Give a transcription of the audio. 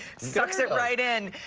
sucks it right in.